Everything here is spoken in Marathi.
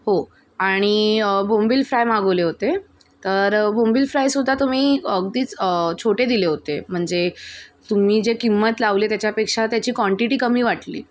हो आणि बोंबील फ्राय मागवले होते तर बोंबील फ्रायसुद्धा तुम्ही अगदीच छोटे दिले होते म्हणजे तुम्ही जे किंमत लावले त्याच्यापेक्षा त्याची काँटिटी कमी वाटली